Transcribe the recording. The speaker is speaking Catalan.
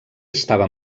estava